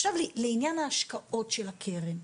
עכשיו, לעניין ההשקעות של הקרן,